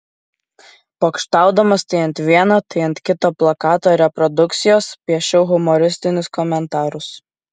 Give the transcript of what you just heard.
pokštaudamas tai ant vieno tai ant kito plakato reprodukcijos piešiau humoristinius komentarus